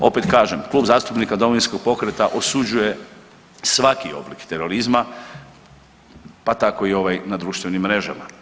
Opet kažem, Klub zastupnika Domovinskog pokreta osuđuje svaki oblik terorizma, pa tako i ovaj na društvenim mrežama.